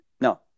no